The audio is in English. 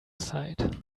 side